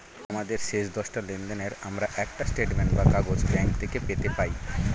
আমাদের শেষ দশটা লেনদেনের আমরা একটা স্টেটমেন্ট বা কাগজ ব্যাঙ্ক থেকে পেতে পাই